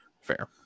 fair